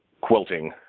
quilting